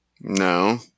No